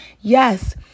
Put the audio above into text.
Yes